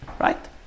Right